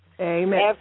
Amen